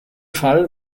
fall